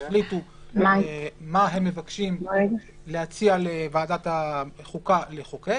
החליטו מה הם מבקשים להציע לוועדת החוקה לחוקק